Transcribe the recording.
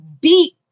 beat